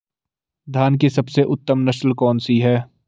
धान की सबसे उत्तम नस्ल कौन सी है?